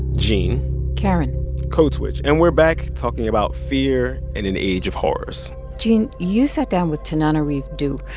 gene karen code switch and we're back, talking about fear in an age of horrors gene, you sat down with tananarive due.